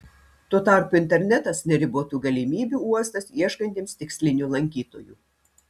tuo tarpu internetas neribotų galimybių uostas ieškantiems tikslinių lankytojų